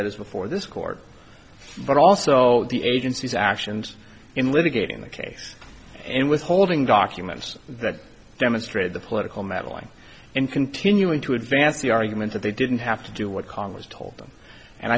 that is before this court but also the agency's actions in litigating the case and withholding documents that demonstrate the political meddling in continuing to advance the argument that they didn't have to do what congress told them and